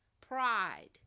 pride